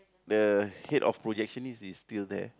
the head of project is is still there